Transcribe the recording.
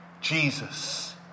Jesus